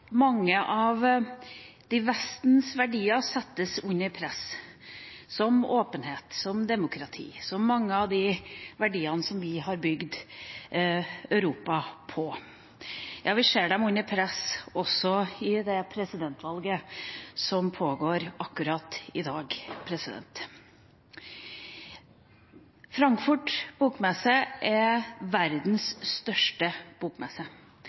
mange av Vestens verdier – som åpenhet, som demokrati, som mange av de verdiene som vi har bygd Europa på – settes under press. Ja, vi ser at de er under press også i det presidentvalget som pågår akkurat i dag. Bokmessen i Frankfurt er verdens største bokmesse.